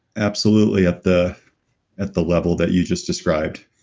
absolutely at the at the level that you just described.